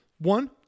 One